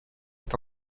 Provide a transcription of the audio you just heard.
est